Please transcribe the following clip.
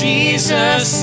Jesus